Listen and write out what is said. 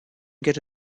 get